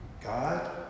God